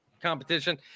competition